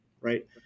right